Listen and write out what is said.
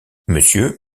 monsieur